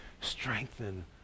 strengthen